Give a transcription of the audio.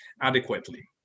adequately